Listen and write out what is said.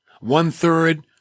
one-third